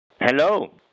Hello